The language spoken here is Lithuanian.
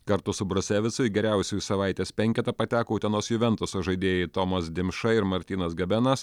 kartu su brusevicu į geriausiųjų savaitės penketą pateko utenos juventuso žaidėjai tomas dimša ir martynas gabenas